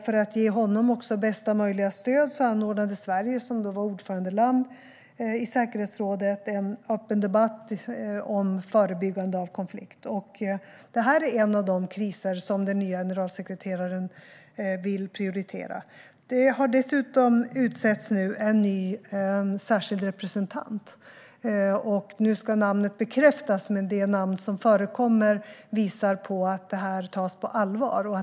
För att ge honom bästa möjliga stöd anordnade Sverige, som då var ordförandeland i säkerhetsrådet, en öppen debatt om förebyggande av konflikt. Det här är en av de kriser som den nya generalsekreteraren vill prioritera. Det har nu dessutom utsetts en ny särskild representant. Nu ska namnet bekräftas, men det namn som förekommer visar på att frågan tas på allvar.